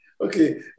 Okay